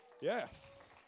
yes